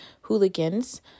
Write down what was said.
hooligans